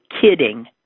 kidding